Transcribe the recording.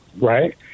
right